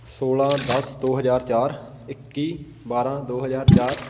ਸੋਲਾਂ ਦਸ ਦੋ ਹਜ਼ਾਰ ਚਾਰ ਇੱਕੀ ਬਾਰਾਂ ਦੋ ਹਜ਼ਾਰ ਚਾਰ